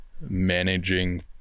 managing